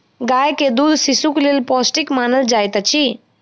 गाय के दूध शिशुक लेल पौष्टिक मानल जाइत अछि